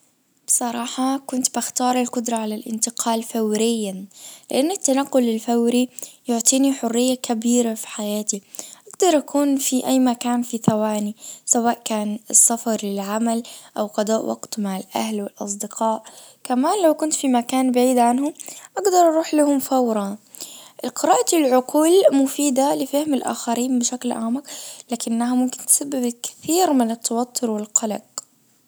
الصراحة كنت بختار القدرة على الانتقال فوريا. لان التنقل الفوري يعطيني حرية كبيرة في حياتي اجدر اكون في اي مكان في ثواني سواء كان سفر للعمل او قضاء وقته مع الاهل والاصدقاء كمان لو كنت في مكان بعيد عنهم اجدر اروح لهم فورًا قراءة العقول مفيدة لفهم الاخرين بشكل أعمق لكنها ممكن تسبب كثير من التوتر والقلق.